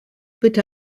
bitte